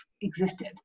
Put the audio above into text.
existed